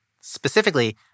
Specifically